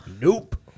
Nope